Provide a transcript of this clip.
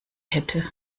hätte